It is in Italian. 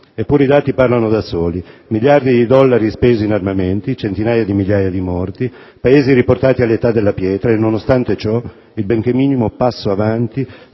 Eppure i dati parlano da soli: miliardi di dollari spesi in armamenti, centinaia di migliaia di morti, Paesi riportati all'età della pietra e, nonostante ciò, il benché minimo passo avanti